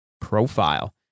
profile